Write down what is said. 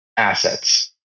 Assets